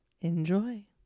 Enjoy